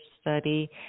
study